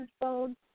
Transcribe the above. phone